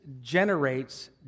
generates